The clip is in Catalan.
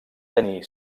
tenir